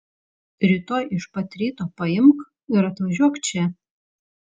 rytoj iš pat ryto paimk ir atvažiuok čia